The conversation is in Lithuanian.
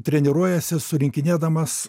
treniruojasi surinkinėdamas